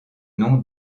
nom